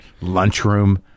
lunchroom